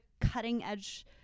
cutting-edge